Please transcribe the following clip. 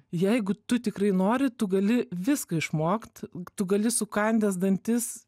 jeigu tu tikrai nori tu gali viską išmokt tu gali sukandęs dantis